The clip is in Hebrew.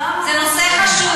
זה נושא חשוב.